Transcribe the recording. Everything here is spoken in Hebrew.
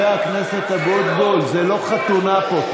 הכנסת אבוטבול, זו לא חתונה פה.